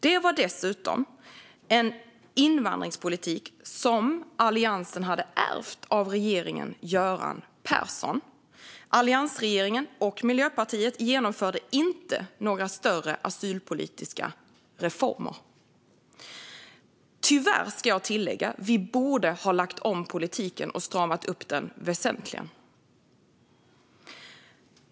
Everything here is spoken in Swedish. Det var dessutom en invandringspolitik som Alliansen hade ärvt av regeringen Göran Persson. Alliansregeringen och Miljöpartiet genomförde inte några större asylpolitiska reformer - tyvärr, ska jag tillägga. Vi borde ha lagt om politiken och stramat upp den väsentligt.